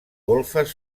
golfes